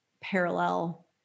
parallel